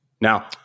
Now